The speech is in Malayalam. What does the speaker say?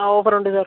ആ ഓഫർ ഉണ്ട് സാർ